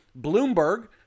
Bloomberg